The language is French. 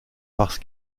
parce